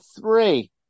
three